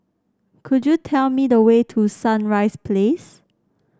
could you tell me the way to Sunrise Place